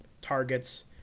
targets